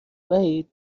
وحید